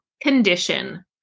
condition